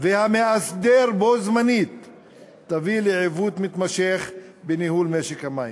והמאסדר בו בזמן תביא לעיוות מתמשך בניהול משק המים.